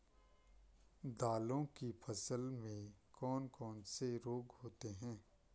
दालों की फसल में कौन कौन से रोग होते हैं?